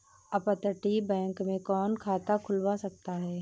अपतटीय बैंक में कौन खाता खुलवा सकता है?